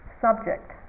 Subject